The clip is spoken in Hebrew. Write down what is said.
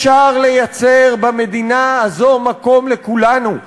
אפשר לייצר במדינה הזו מקום לכולנו.